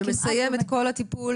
זה מסיים את כל הטיפול,